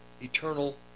eternal